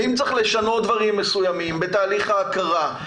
ואם צריך לשנות דברים מסוימים בתהליך ההכרה,